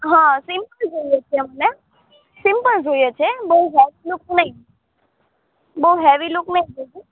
હા સિમ્પલ જોઈએ છે અમને સિમ્પલ જોઈએ છે બહુ હેવી લૂક નહીં બહુ હેવી લુક નથી જોઇતુ